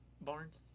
Barnes